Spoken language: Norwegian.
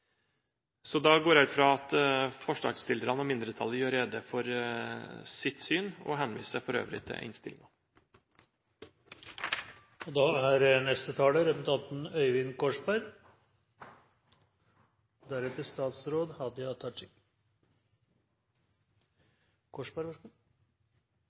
Da går jeg ut fra at forslagsstillerne og mindretallet gjør rede for sitt syn og henviser for øvrig til innstillingen. La meg først si at jeg er